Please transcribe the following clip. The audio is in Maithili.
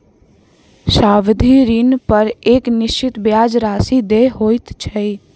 सावधि ऋणपर एक निश्चित ब्याज राशि देय होइत छै